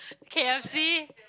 k_f_c